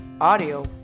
Audio